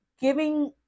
giving